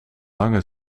lange